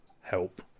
help